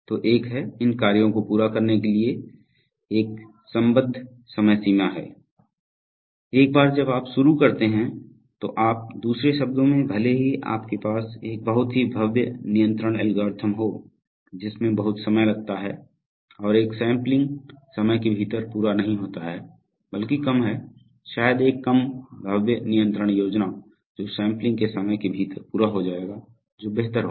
तो एक है इन कार्यों को पूरा करने के लिए एक संबद्ध समय सीमा है एक बार जब आप शुरू करते हैं तो आप दूसरे शब्दों में भले ही आपके पास एक बहुत ही भव्य नियंत्रण एल्गोरिदम हो जिसमें बहुत समय लगता है और एक सैंपलिंग समय के भीतर पूरा नहीं होता है बल्कि कम है शायद एक कम भव्य नियंत्रण योजना जो सैंपलिंग के समय के भीतर पूरा हो जायेगा जो बेहतर होगा